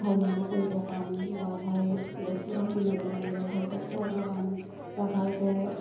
ভাল মানুহ কৰিবৰ কাৰণে বা ভাল ডেচ পোচাক পিন্ধাবৰ কাৰণে বা ভালকৈ খোৱাবৰ কাৰণে বা ভালকৈ